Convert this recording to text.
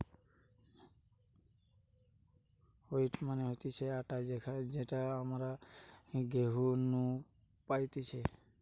wheat মানে হতিছে আটা যেটা আমরা গেহু নু পাইতেছে